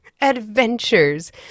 adventures